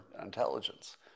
intelligence